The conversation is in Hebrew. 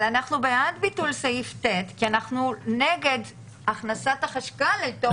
אבל אנחנו בעד ביטול סעיף (ט) כי אנחנו נגד הכנסת החשב הכללי.